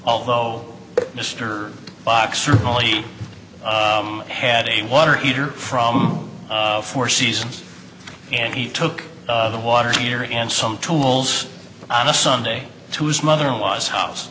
although mr boxer only had a water heater from four seasons and he took the water heater and some tools on a sunday to his mother in law's house